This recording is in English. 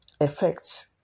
effects